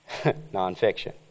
nonfiction